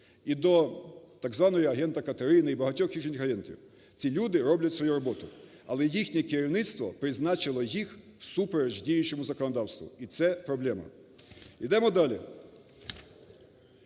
і до так званого агента Катерини і багатьох інших агентів. Ці люди роблять свою роботу, але їхнє керівництво призначило їх всупереч діючому законодавству, і це проблема. Ідемо далі.